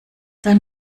dein